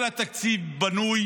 כל התקציב בנוי